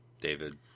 David